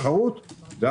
חשוב גם לומר,